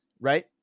right